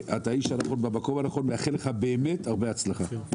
אתה האיש הנכון במקום הנכון ואני מאחל לך באמת הרבה הצלחה.